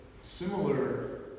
similar